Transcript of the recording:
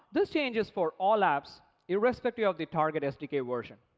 this changes for all apps, irrespective of the target sdk version.